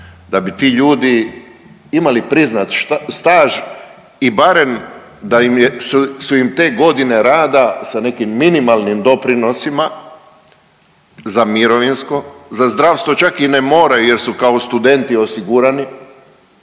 da bi ti ljudi imali priznat staž i barem da im je, su im te godine rada sa nekim minimalnim doprinosima za mirovinsko, za zdravstvo čak i ne moraju jer su kao studenti osigurani